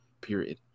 Period